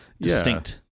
distinct